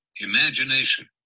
imagination